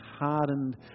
hardened